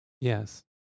yes